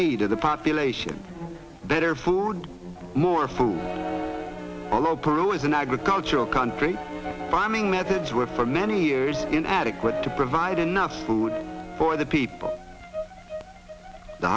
need of the population better food more food although peru is an agricultural country bombing methods were for many years in adequate to provide enough food for the people the